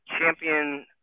champion